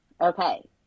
okay